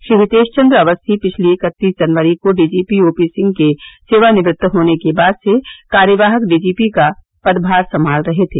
श्री हितेश चंद्र अवस्थी पिछली इकत्तीस जनवरी को डीजीपी ओपी सिंह के सेवानिवृत होने के बाद से कार्यवाहक डीजीपी का पदभार संभाल रहे थे